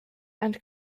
and